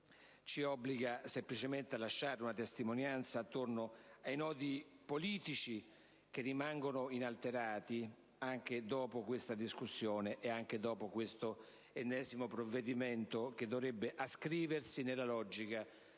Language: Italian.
ci obbliga semplicemente a lasciare una testimonianza attorno ai nodi politici, che rimangono inalterati anche dopo questo dibattito e questo ennesimo provvedimento, il quale dovrebbe ascriversi nella logica